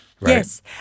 Yes